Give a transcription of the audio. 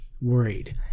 worried